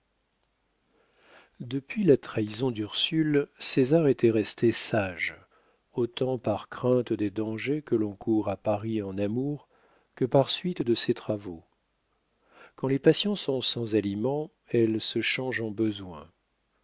depuis la trahison d'ursule césar était resté sage autant par crainte des dangers que l'on court à paris en amour que par suite de ses travaux quand les passions sont sans aliment elles se changent en besoin